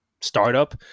startup